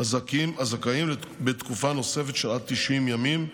הזכאים בתקופה נוספת של עד 90 ימים,